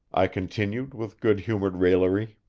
i continued with good-humored raillery.